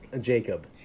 Jacob